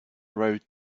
road